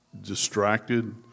distracted